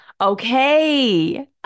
Okay